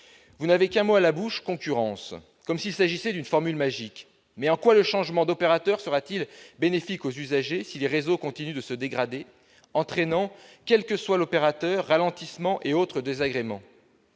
Vous n'avez qu'un mot à la bouche : concurrence. Comme s'il s'agissait d'une formule magique ! Mais en quoi le changement d'opérateurs sera-t-il bénéfique aux usagers si les réseaux continuent de se dégrader, entraînant, quel que soit l'opérateur, ralentissements et autres désagréments ?